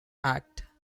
act